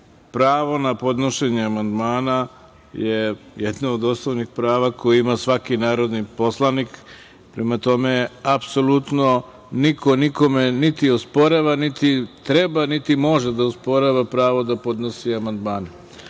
pravo na podnošenje amandmana je jedno od osnovnih prava koji ima svaki narodni poslanik. Prema tome, apsolutno, niko nikome niti osporava, niti treba, niti može da osporava pravo da podnosi amandmane. Kad